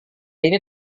ini